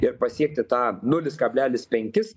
ir pasiekti tą nulis kablelis penkis